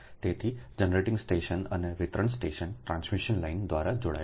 તેથી generating station અને વિતરણ સિસ્ટમ ટ્રાન્સમિશન લાઇનો દ્વારા જોડાયેલ છે